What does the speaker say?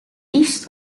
east